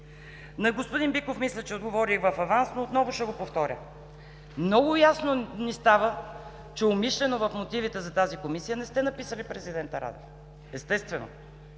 На господин Биков мисля, че отговорих в аванс, но отново ще го повторя: много ясно ни става, че умишлено в мотивите за тази Комисия не сте написали президента Радев, естествено,